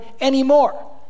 anymore